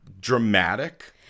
dramatic